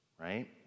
Right